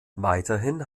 weiterhin